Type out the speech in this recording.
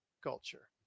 culture